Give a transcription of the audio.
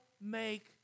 make